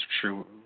true